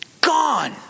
Gone